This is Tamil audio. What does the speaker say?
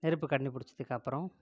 நெருப்பு கண்டுப்பிடிச்சதுக்கு அப்பறம்